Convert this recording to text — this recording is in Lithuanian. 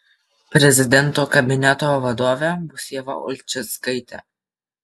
prezidento kabineto vadovė bus ieva ulčickaitė